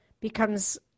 becomes